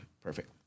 perfect